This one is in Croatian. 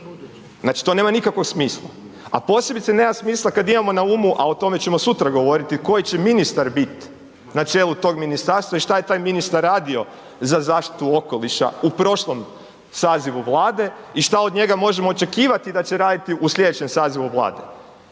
Znači to nema nikakvog smisla. A posebice nema smisla, kad imamo na umu, a o tome ćemo sutra govoriti koji će ministar biti na čelu tog ministarstva i što je taj ministar radio za zaštitu okoliša u prošlom sazivu Vlade i što od njega možemo očekivati da će raditi u sljedećem sazivu Vlade.